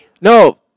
no